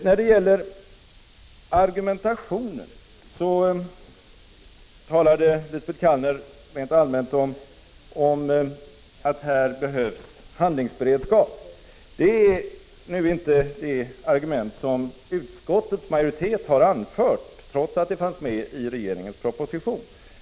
När det gäller argumentationen talade Lisbet Calner rent allmänt om att här behövs handlingsberedskap. Det är nu inte det argument som utskottsmajoriteten har anfört, trots att det fanns med i regeringens proposition.